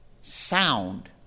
sound